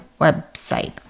website